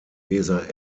weser